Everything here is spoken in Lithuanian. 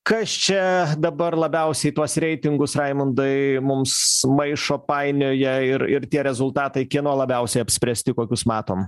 kas čia dabar labiausiai tuos reitingus raimundai mums maišo painioja ir ir tie rezultatai kieno labiausiai apspręsti kokius matom